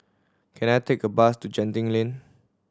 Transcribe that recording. can I take a bus to Genting Lane